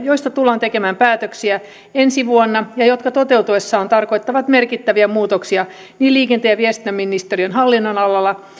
joista tullaan tekemään päätöksiä ensi vuonna ja jotka toteutuessaan tarkoittavat merkittäviä muutoksia niin liikenne ja viestintäministeriön hallinnonalalla